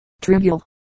trivial